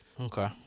Okay